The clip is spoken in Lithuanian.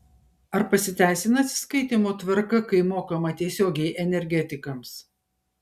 ar pasiteisina atsiskaitymo tvarka kai mokama tiesiogiai energetikams